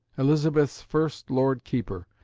elizabeth's first lord keeper,